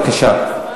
בבקשה.